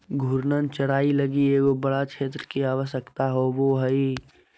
घूर्णन चराई लगी एगो बड़ा क्षेत्र के आवश्यकता होवो हइ